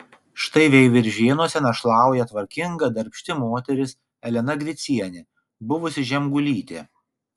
štai veiviržėnuose našlauja tvarkinga darbšti moteris elena gricienė buvusi žemgulytė